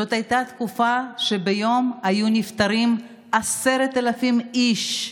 זאת הייתה תקופה שבה ביום היו נפטרים 10,000 איש,